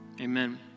Amen